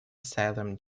salem